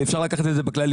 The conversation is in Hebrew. ואפשר לקחת את זה בכללי,